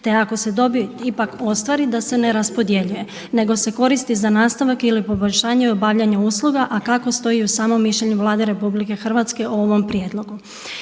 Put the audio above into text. te ako se dobit ipak ostvari da se ne raspodjeljuje nego se koristi za nastavak ili poboljšanje obavljanja usluga, a kako stoji u samom mišljenju Vlade RH o ovom prijedlogu.